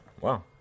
Wow